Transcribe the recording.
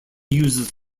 uses